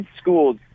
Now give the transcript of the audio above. schools